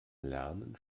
lernen